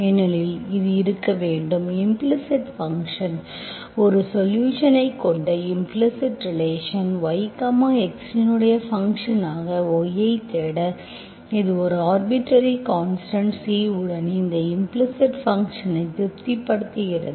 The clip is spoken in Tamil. ஏனெனில் இது இருக்க வேண்டும் இம்ப்ளிஸிட் ஃபங்க்ஷன் ஒரு சொலுஷன்ஸ்ஐக் கொண்ட இம்ப்ளிஸிட் ரிலேசன் y X இன் ஃபங்க்ஷன் ஆக y ஐத் தேட இது ஒரு ஆர்பிட்டர்ரி கான்ஸ்டன்ட் C உடன் இந்த இம்ப்ளிஸிட் ஃபங்க்ஷன்ஐக் திருப்திப்படுத்துகிறது